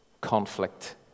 conflict